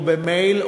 או במייל,